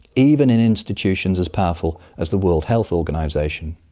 even in institutions as powerful as the world health organisation.